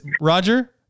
Roger